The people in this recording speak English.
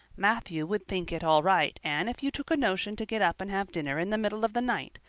matthew would think it all right, anne, if you took a notion to get up and have dinner in the middle of the night.